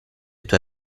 tue